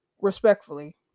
respectfully